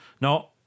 No